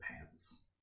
pants